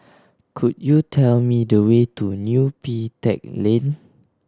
could you tell me the way to Neo Pee Teck Lane